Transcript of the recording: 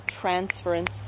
transference